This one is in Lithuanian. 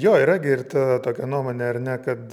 jo yra gi ir ta tokia nuomonė ar ne kad